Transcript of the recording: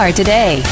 today